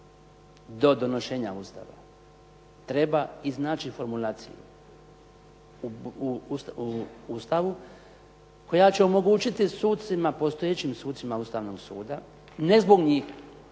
do donošenja Ustava treba iznaći formulaciju u Ustavu koja će omogućiti sucima, postojećim sucima Ustavnog suda, ne zbog njih